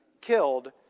killed